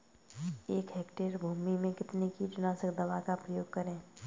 एक हेक्टेयर भूमि में कितनी कीटनाशक दवा का प्रयोग करें?